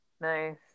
Nice